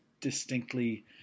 distinctly